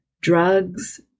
drugs